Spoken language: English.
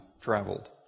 traveled